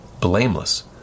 blameless